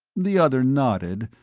the other nodded,